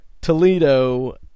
Toledo